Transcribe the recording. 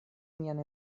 mian